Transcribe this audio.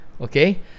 Okay